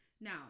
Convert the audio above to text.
Now